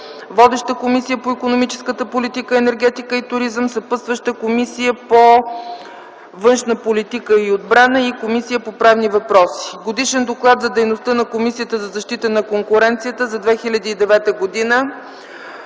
Водеща е Комисията по икономическата политика, енергетика и туризъм. Съпътстващи са Комисията по външна политика и отбрана и Комисията по правни въпроси. Годишен доклад за дейността на Комисията за защита на конкуренцията за 2009 г.